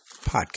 podcast